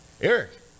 Eric